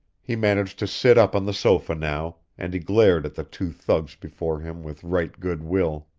he managed to sit up on the sofa now, and he glared at the two thugs before him with right good will.